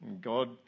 God